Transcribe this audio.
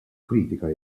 kritika